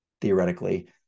theoretically